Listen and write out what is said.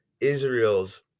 Israel's